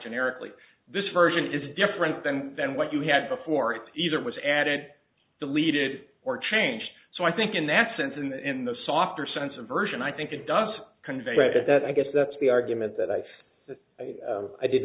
generically this version is different than than what you had before it either was added deleted or changed so i think in that sense and in the softer sense of version i think it does convey that i guess that's the argument that i have that i did